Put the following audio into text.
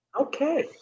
Okay